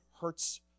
hurts